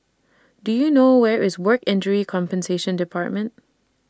Do YOU know Where IS Work Injury Compensation department